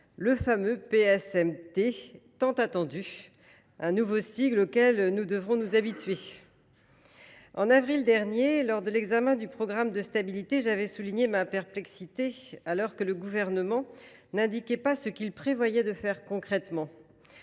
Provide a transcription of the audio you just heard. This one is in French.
le fameux PSMT – nouveau sigle, auquel nous devrons nous habituer –, tant attendu. En avril dernier, lors de l’examen du programme de stabilité, j’avais exprimé ma perplexité, alors que le Gouvernement n’indiquait pas ce qu’il prévoyait de faire concrètement